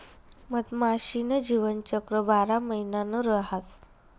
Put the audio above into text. मधमाशी न जीवनचक्र बारा महिना न रहास